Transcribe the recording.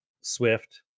Swift